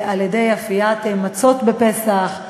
באפיית מצות לפסח,